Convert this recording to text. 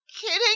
kidding